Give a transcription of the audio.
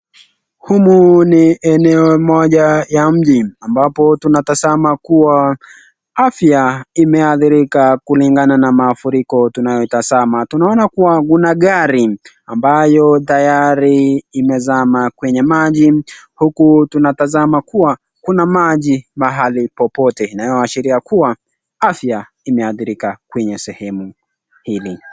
Humu ni eneo moja ya mji, ambapo tunatazama kuwa afya imeadhirika kulingana na mafuriko tunayoitazama. Tunaona kuwa mna gari ambayo tayari imezama kwenye maji, huku tunatazama kuwa kuna maji mahali popote inayoashiria kuwa afya imeadhirika kwenye sehemu hili.